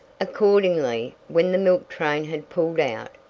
accordingly, when the milk train had pulled out,